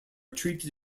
treated